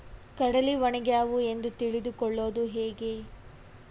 ಕಡಲಿ ಒಣಗ್ಯಾವು ಎಂದು ತಿಳಿದು ಕೊಳ್ಳೋದು ಹೇಗೆ?